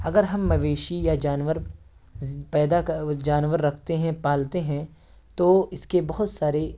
اگر ہم مویشی یا جانور پیدا جانور رکھتے ہیں پالتے ہیں تو اس کے بہت سارے